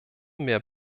mehr